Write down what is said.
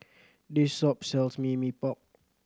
this shop sells mee Mee Pok